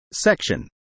section